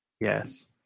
Yes